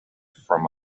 from